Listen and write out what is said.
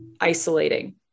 isolating